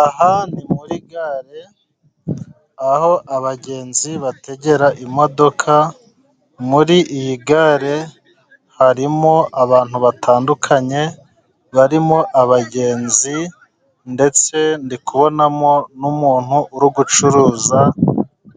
Aha ni muri gare aho abagenzi bategera imodoka, muri iyi gare harimo abantu batandukanye barimo abagenzi ndetse ndi kubonamo n'umuntu uri gucuruza